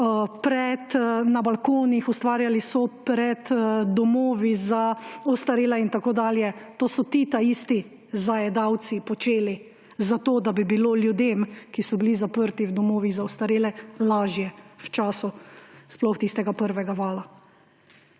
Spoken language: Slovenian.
so na balkonih, ustvarjali so pred domovi za ostarele in tako dalje. To so ti isti zajedavci počeli, zato da bi bilo ljudem, ki so bili zaprti v domovih za ostarele, lažje v času, sploh tistega prvega vala.